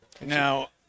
now